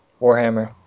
Warhammer